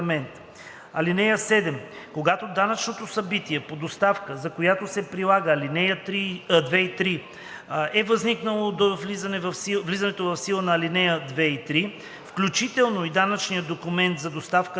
(7) Когато данъчното събитие по доставка, за която се прилагат ал. 2 и 3 е възникнало до влизането в сила на ал. 2 и 3 включително и данъчният документ за доставката